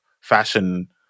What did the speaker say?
fashion